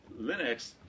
Linux